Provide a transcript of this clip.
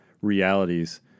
realities